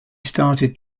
started